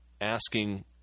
asking